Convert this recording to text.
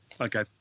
Okay